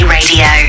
Radio